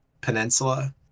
peninsula